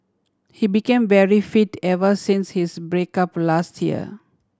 he became very fit ever since his break up last year